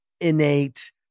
innate